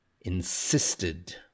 Insisted